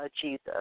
Jesus